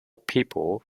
people